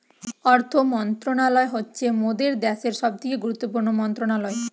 অর্থ মন্ত্রণালয় হচ্ছে মোদের দ্যাশের সবথেকে গুরুত্বপূর্ণ মন্ত্রণালয়